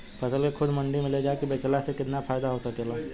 फसल के खुद मंडी में ले जाके बेचला से कितना फायदा हो सकेला?